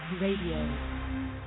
radio